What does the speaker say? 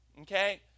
Okay